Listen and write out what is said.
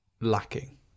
lacking